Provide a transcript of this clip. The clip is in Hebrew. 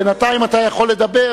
בינתיים אתה יכול לדבר